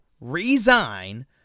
resign